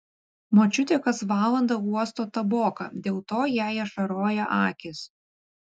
močiutė kas valandą uosto taboką dėl to jai ašaroja akys